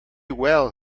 well